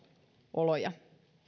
oloja